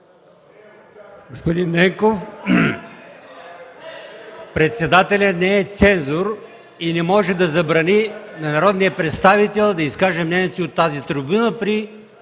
Господин Ненков, председателят не е цензор и не може да забрани на народния представител да изкаже мнението си от тази трибуна, при